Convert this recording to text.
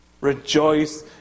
rejoice